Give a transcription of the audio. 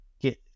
get